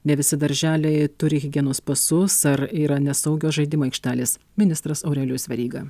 ne visi darželiai turi higienos pasus ar yra nesaugios žaidimų aikštelės ministras aurelijus veryga